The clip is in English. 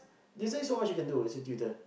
there's only so much you can do as a tutor